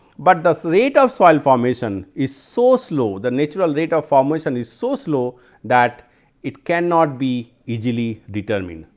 but, the so rate of soil formation is so slow the natural rate of um formation and is so slow that it cannot be easily determined.